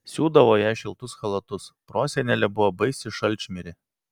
siūdavo jai šiltus chalatus prosenelė buvo baisi šalčmirė